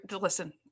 listen